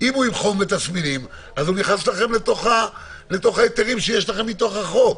הוא עם חום ותסמינים אז נכנס לתוך ההיתרים שיש לכם מכוח החוק.